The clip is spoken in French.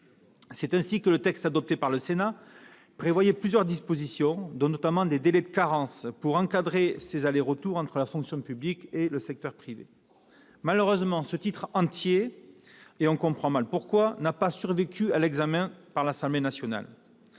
C'est ainsi que le texte adopté par le Sénat prévoyait plusieurs dispositions, dont des délais de carence pour encadrer les retours du secteur privé vers la fonction publique. Malheureusement, ce titre entier, et on comprend mal pourquoi, n'a pas survécu à l'examen du texte par l'Assemblée nationale.